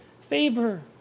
favor